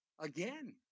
again